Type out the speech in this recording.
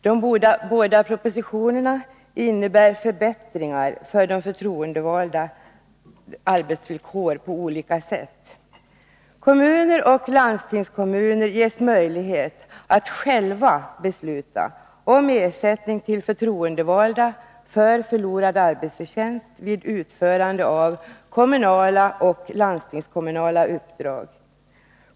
De båda propositionerna innebär förbättringar för de kommunalt förtroendevaldas arbetsvillkor på flera sätt. Kommuner och landstingskommuner ges möjlighet att själva besluta om ersättning till förtroendevalda för förlorad arbetsförtjänst vid utförande av kommunala och landstingskommunala uppdrag.